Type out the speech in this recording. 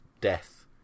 Death